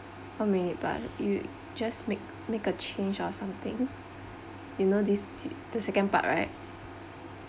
one minute but you just make make a change or something you know this this second part right